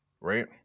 right